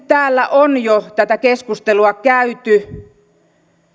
täällä on jo tätä keskustelua käyty